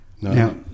Now